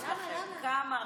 כמה רעל יש לכם.